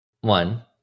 One